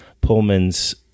Pullman's